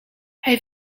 hij